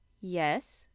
Yes